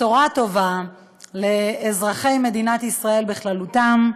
בשורה טובה לאזרחי מדינת ישראל בכללותם,